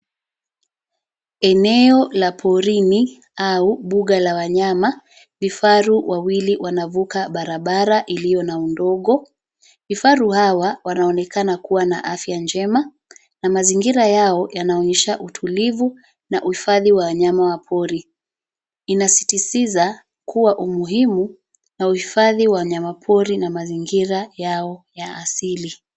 Eneo la porini au buga la wanyama vifaru wawili wanavuka barabara iliyo na udogo. Vifaru hawa wanaonekana kuwa na afya njema na mazingira yao yanaonyesha utulivu na uhifadhi wa wanyama wa pori. Inasitisiza kuwa umuhimu na uhifadhi wa wanyamapori na mazingira yao ya asili.